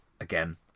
again